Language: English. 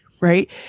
right